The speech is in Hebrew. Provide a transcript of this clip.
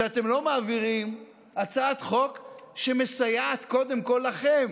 שאתם לא מעבירים הצעת חוק שמסייעת קודם כול לכם?